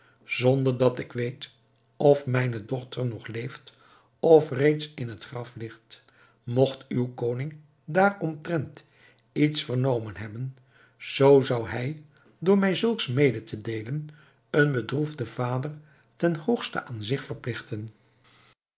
zonder dat ik weet of mijne dochter nog leeft of reeds in het graf ligt mogt uw koning daaromtrent iets vernomen hebben zoo zou hij door mij zulks mede te deelen een bedroefden vader ten hoogste aan zich